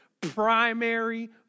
primary